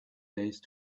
place